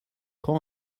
quand